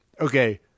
okay